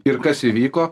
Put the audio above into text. ir kas įvyko